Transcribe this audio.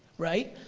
right,